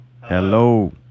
Hello